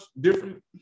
different